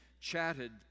chatted